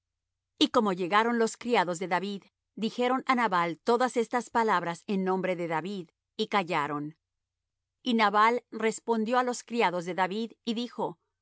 y como llegaron los criados de david dijeron á nabal todas estas palabras en nombre de david y callaron y nabal respondió á los criados de david y dijo